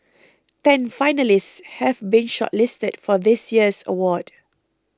ten finalists have been shortlisted for this year's award